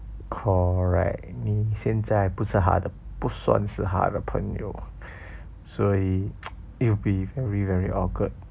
correct 你现在不是她的不算是他的朋友所以 it will be very very awkward